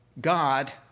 God